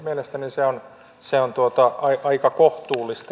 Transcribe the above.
mielestäni se on aika kohtuullista